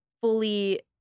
fully